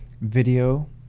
video